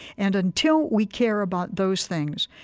and until we care about those things,